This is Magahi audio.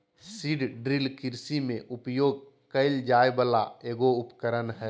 सीड ड्रिल कृषि में उपयोग कइल जाय वला एगो उपकरण हइ